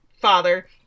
father